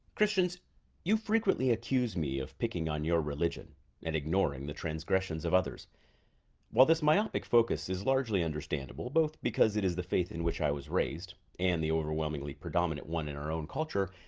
you frequently accused me of picking on your religion and ignoring the transgressions of others while this myopic focus is largely understandable both because it is the faith in which i was raised and the overwhelmingly predominant one in our own culture